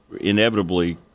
inevitably –